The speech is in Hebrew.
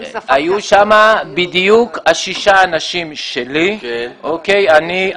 היו שם בדיוק ששה אנשים שלי: אני,